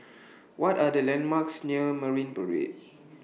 What Are The landmarks near Marine Parade